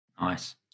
Nice